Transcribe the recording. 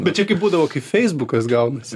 bet čia kai būdavo kaip feisbukas gaunasi